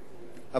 אין ספק